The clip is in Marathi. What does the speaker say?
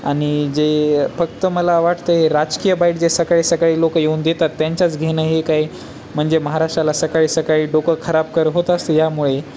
आणि जे फक्त मला वाटते राजकीय बाईक जे सकाळी सकाळी लोकं येऊन देतात त्यांच्याच घेणं हे काही म्हणजे महाराष्ट्राला सकाळी सकाळी डोकं खराब कर होत असते यामुळे